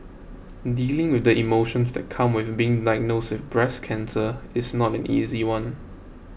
dealing with the emotions that come with being diagnosed with breast cancer is not an easy one